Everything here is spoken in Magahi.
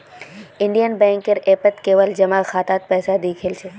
इंडियन बैंकेर ऐपत केवल जमा खातात पैसा दि ख छेक